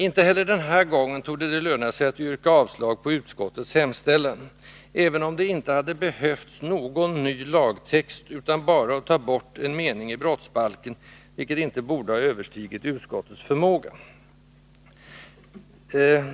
Inte heller den här gången torde det löna sig att yrka avslag på utskottets hemställan, även om det inte hade behövts någon ny lagtext utan bara vore att ta bort en mening i brottsbalken, vilket inte borde ha överstigit utskottets förmåga.